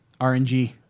RNG